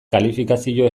kalifikazio